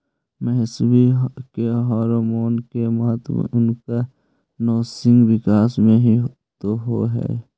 मवेशी के हॉरमोन के महत्त्व उनकर नैसर्गिक विकास में हीं तो हई